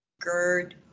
GERD